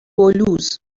بلوز